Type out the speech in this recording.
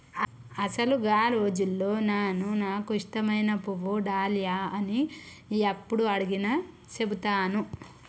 అసలు గా రోజుల్లో నాను నాకు ఇష్టమైన పువ్వు డాలియా అని యప్పుడు అడిగినా సెబుతాను